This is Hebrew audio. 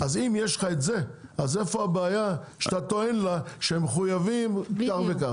אז אם יש לך את זה איפה הבעיה שאתה טוען לה שהם מחויבים כך וכך?